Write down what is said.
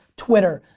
twitter.